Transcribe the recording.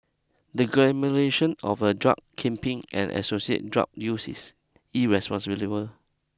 the of a drug kingpin and associated drug use is